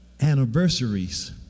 Anniversaries